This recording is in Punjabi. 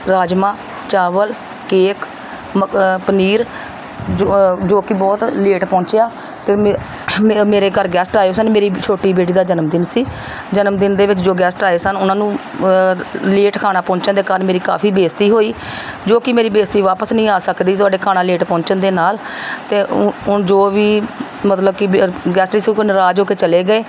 ਰਾਜਮਾਹ ਚਾਵਲ ਕੇਕ ਮ ਪਨੀਰ ਜੋ ਜੋ ਕਿ ਬਹੁਤ ਲੇਟ ਪਹੁੰਚਿਆ ਅਤੇ ਮੇ ਮੇਰੇ ਘਰ ਗੈਸਟ ਆਏ ਹੋਏ ਸਨ ਮੇਰੀ ਛੋਟੀ ਬੇਟੀ ਦਾ ਜਨਮਦਿਨ ਸੀ ਜਨਮਦਿਨ ਦੇ ਵਿੱਚ ਜੋ ਗੈਸਟ ਆਏ ਸਨ ਉਹਨਾਂ ਨੂੰ ਲੇਟ ਖਾਣਾ ਪਹੁੰਚਣ ਦੇ ਕਾਰਣ ਮੇਰੀ ਕਾਫ਼ੀ ਬੇਇੱਜ਼ਤੀ ਹੋਈ ਜੋ ਕਿ ਮੇਰੀ ਬੇਇੱਜ਼ਤੀ ਵਾਪਿਸ ਨਹੀਂ ਆ ਸਕਦੀ ਤੁਹਾਡੇ ਖਾਣਾ ਲੇਟ ਪਹੁੰਚਣ ਦੇ ਨਾਲ ਅਤੇ ਹੁਣ ਜੋ ਵੀ ਮਤਲਬ ਕਿ ਬੇ ਗੈਸਟ ਨਾਰਾਜ਼ ਹੋ ਕੇ ਚਲੇ ਗਏ